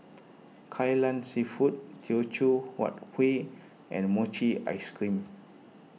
Kai Lan Seafood Teochew Huat Kueh and Mochi Ice Cream